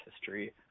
history